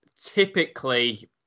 typically